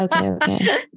Okay